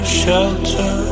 shelter